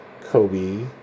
Kobe